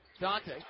Dante